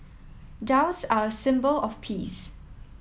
doves are a symbol of peace